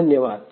धन्यवाद